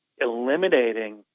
eliminating